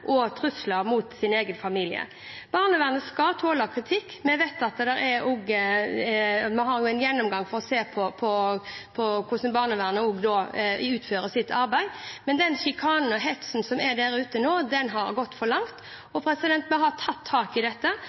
for trusler mot sin egen familie. Barnevernet skal tåle kritikk – vi har jo en gjennomgang for å se på hvordan barnevernet utfører sitt arbeid – men den sjikanen og hetsen som er der ute nå, har gått for langt. Vi har tatt tak i dette.